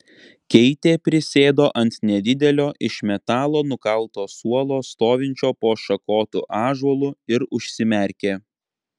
keitė prisėdo ant nedidelio iš metalo nukalto suolo stovinčio po šakotu ąžuolu ir užsimerkė